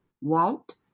Walt